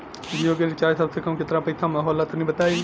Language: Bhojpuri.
जियो के रिचार्ज सबसे कम केतना पईसा म होला तनि बताई?